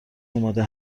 آماده